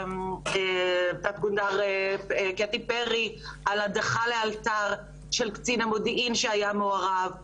תת גונדר קטי פרי על הדחה לאלתר של קצין המודיעין שהיה מעורב,